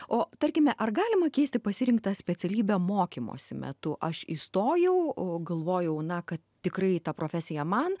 o tarkime ar galima keisti pasirinktą specialybę mokymosi metu aš įstojau galvojau na kad tikrai ta profesija man